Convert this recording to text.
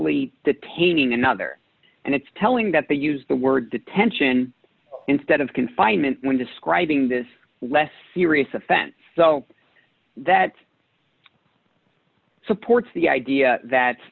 detaining another and it's telling that they use the word detention instead of confinement when describing this less serious offense so that supports the idea that